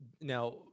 Now